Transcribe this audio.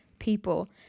people